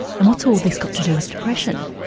and what's all this got to do with depression?